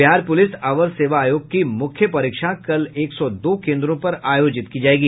Bihar police अवर सेवा आयोग की मुख्य परीक्षा कल एक सौ दो केन्द्रों पर आयोजित की जायेगी